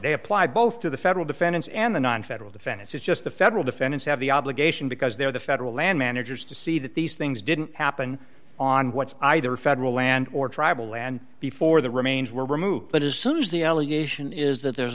yesterday applied both to the federal defendants and the nonfederal defendants it's just the federal defendants have the obligation because they're the federal land managers to see that these things didn't happen on what's either federal land or tribal land before the remains were removed but as soon as the allegation is that there's